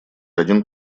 один